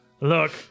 Look